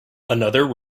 another